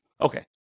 Okay